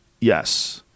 Yes